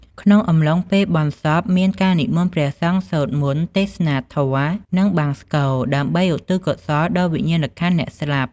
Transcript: ក្នុងអំឡុងពេលបុណ្យសព មានការនិមន្តព្រះសង្ឃសូត្រមន្ត ទេសនាធម៌ និងបង្សុកូល ដើម្បីឧទ្ទិសកុសលដល់វិញ្ញាណក្ខន្ធអ្នកស្លាប់។